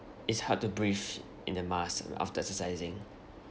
it's hard to breathe in the mask after exercising